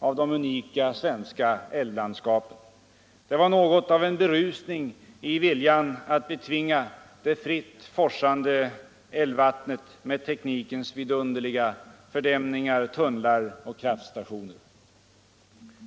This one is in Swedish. av de unika svenska älvlandskapen som var på väg att ske. Det var något av en berusning i viljan att betvinga det fritt forsande älvvattnet med teknikens vidunderliga fördämningar, tunnlar och kraftstationer.